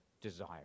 desire